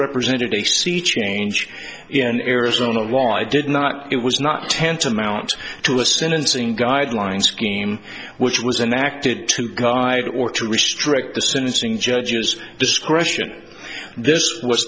represented a sea change in arizona law did not it was not tantamount to a sentence in guidelines scheme which was and acted to guide or to restrict the sentencing judge's discretion this was